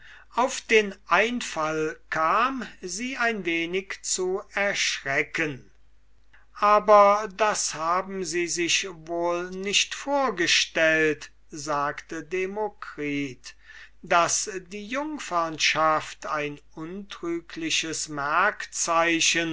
auf den einfall kam sie ein wenig zu erschrecken aber das haben sie sich wohl nicht vorgestellt sagte demokritus daß die jungferschaft ein unbetrügliches